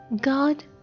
god